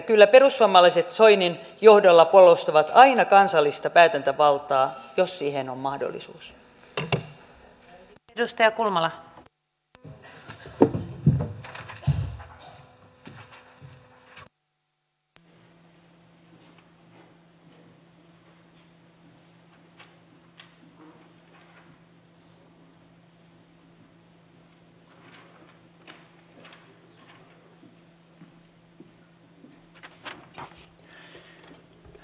kyllä perussuomalaiset soinin johdolla puolustavat aina kansallista päätäntävaltaa jos siihen on mahdollisuus